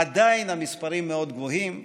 עדיין המספרים מאוד גבוהים: